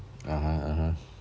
(uh huh) (uh huh)